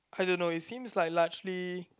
I don't know it seems like largely